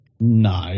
No